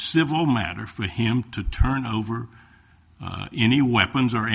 civil matter for him to turn over any weapons or